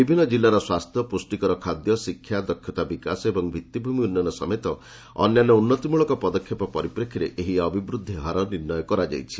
ବିଭିନ୍ନ ଜିଲ୍ଲାର ସ୍ୱାସ୍ଥ୍ୟ ପୁଷ୍ଟିକର ଖାଦ୍ୟ ଶିକ୍ଷା ଦକ୍ଷତା ବିକାଶ ଏବଂ ଭିତ୍ତିଭୂମି ଉନ୍ନୟନ ସମେତ ଅନ୍ୟାନ୍ୟ ଉନ୍ନତିମୂଳକ ପଦକ୍ଷେପ ପରିପ୍ରେକ୍ଷୀରେ ଏହି ଅଭିବୃଦ୍ଧି ହାର ନିର୍ଣ୍ଣୟ କରାଯାଇଛି